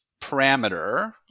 parameter